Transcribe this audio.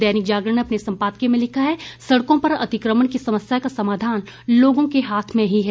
दैनिक जागरण ने अपने सम्पादकीय में लिखा है कि सड़कों पर अतिक्रमण की समस्या का समाधान लोगों के हाथ में ही है